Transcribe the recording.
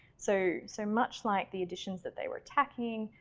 so, so much like the editions that they were attacking,